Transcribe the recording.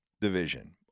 division